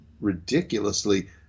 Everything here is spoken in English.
Ridiculously